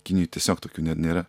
kinijoj tiesiog tokiu ne nėra